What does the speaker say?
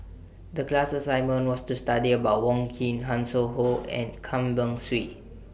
The class assignment was to study about Wong Keen Hanson Ho and Tan Beng Swee